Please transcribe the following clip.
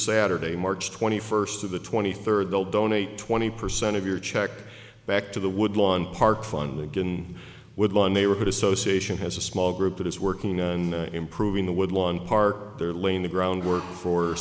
saturday march twenty first of the twenty third they'll donate twenty percent of your check back to the woodlawn park fund begin with one neighborhood association has a small group that is working on improving the woodland park they're laying the groundwork for